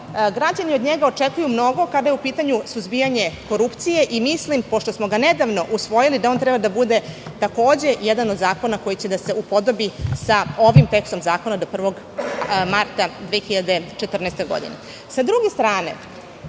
građani od njega očekuju mnogo kada je u pitanju suzbijanje korupcije i mislim, pošto smo ga nedavno usvojili, da on treba da bude takođe jedan od zakona koji će da se upodobi sa ovim tekstom zakona do 1. marta 2014. godine. Sa